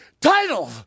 title